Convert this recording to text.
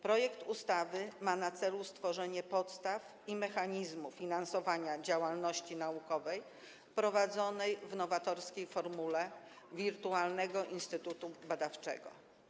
Projekt ustawy ma na celu stworzenie podstaw i mechanizmu finansowania działalności naukowej prowadzonej w nowatorskiej formule - wirtualnego instytutu badawczego.